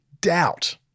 doubt